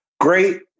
Great